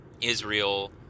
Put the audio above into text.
Israel